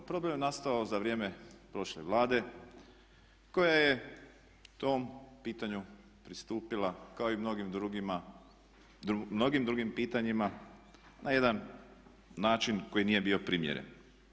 Problem je nastao za vrijeme prošle Vlade koja je tom pitanju pristupila kao i mnogim drugim pitanjima na jedan način koji nije bio primjeren.